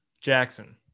Jackson